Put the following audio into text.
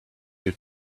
your